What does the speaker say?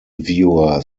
viewer